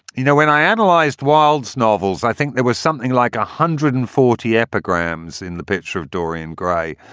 you know, when i analyzed wild's novels, i think there was something like one ah hundred and forty epigrams in the picture of dorian gray.